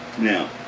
Now